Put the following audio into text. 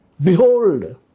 behold